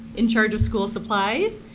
in charge of school supplies.